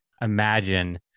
imagine